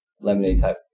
lemonade-type